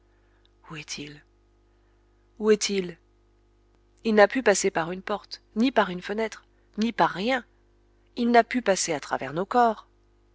où est-il où est-il il n'a pu passer par une porte ni par une fenêtre ni par rien il n'a pu passer à travers nos corps